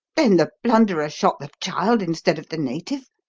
then the blunderer shot the child instead of the native?